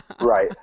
Right